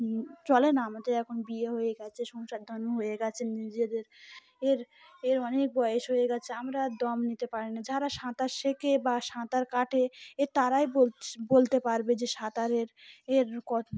চলে না আমাদের এখন বিয়ে হয়ে গেছে সংসার ধর্ম হয়ে গেছে নিজেদের এর এর অনেক বয়স হয়ে গেছে আমরা আর দম নিতে পারি না যারা সাঁতার শেঁখে বা সাঁতার কাটে এর তারাই বল বলতে পারবে যে সাঁতারের এর